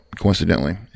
coincidentally